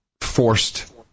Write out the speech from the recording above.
forced